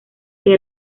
que